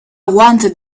wanted